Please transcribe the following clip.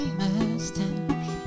mustache